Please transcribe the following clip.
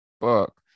book